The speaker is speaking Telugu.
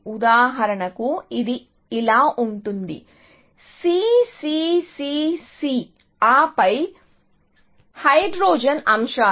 ఉదాహరణకు ఇది ఇలా ఉంటుంది C C C C C ఆపై హైడ్రోజన్ అంశాలు